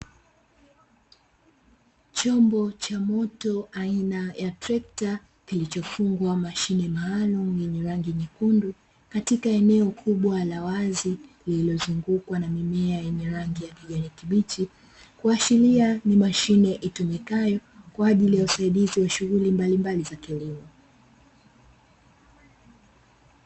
Chombo cha moto aina ya trekta kilichofungwa mashine maalumu yenye rangi nyekundu, katika eneo kubwa la wazi lililozungukwa na mimea yenye rangi ya kijani kibichi, kuashiria ni mashine itumikayo kwa ajili ya usaidizi wa shughuli mbalimbali za kilimo.